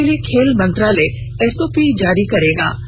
इसके लिए खेल मंत्रालय एसओपी जारी करेगा